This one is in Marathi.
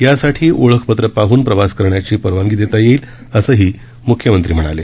यासाठी ओळखपत्र पाहन प्रवास करण्याची परवानगी देता येईल असंही म्ख्यमंत्री म्हणाले